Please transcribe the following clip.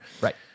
Right